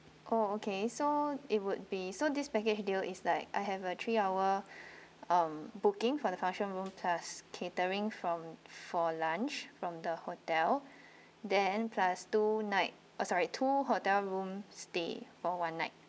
oh okay so it would be so this package deal is like I have a three hour um booking for the function room plus catering from for lunch from the hotel then plus two night uh sorry two hotel room stay for one night